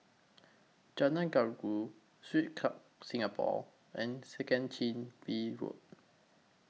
Jalan Gajus Swiss Club Singapore and Second Chin Bee Road